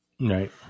Right